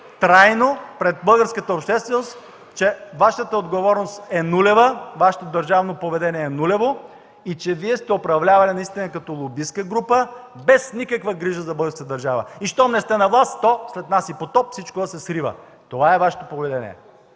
трайно пред българската общественост, че Вашата отговорност е нулева, Вашето държавно поведение е нулево и че Вие сте управлявали наистина като лобистка група без никаква грижа за българската държава и щом не сте на власт, то „след нас и потоп” и всичко да се срива. Това е Вашето поведение